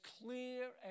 clear